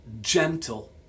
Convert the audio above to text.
gentle